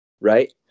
right